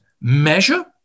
measure